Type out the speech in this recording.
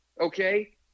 okay